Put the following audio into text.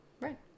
Right